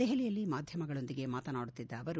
ದೆಹಲಿಯಲ್ಲಿ ಮಾಧ್ಯಮಗಳೊಂದಿಗೆ ಮಾತನಾಡುತ್ತಿದ್ದ ಅವರು